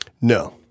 No